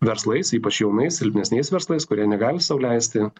verslais ypač jaunais silpnesniais verslais kurie negali sau leisti